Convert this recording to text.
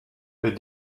les